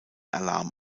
alarm